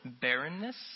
barrenness